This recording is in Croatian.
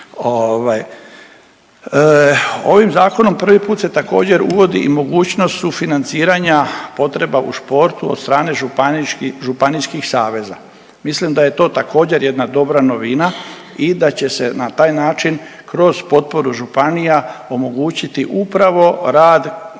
Ovim Zakonom prvi put se također, uvodi i mogućnost sufinanciranja potreba u športu od strane županijskih saveza. Mislim da je to također, jedna dobra novina i da će se na taj način kroz potporu županija omogućiti upravo rad